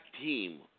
team